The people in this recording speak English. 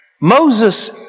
Moses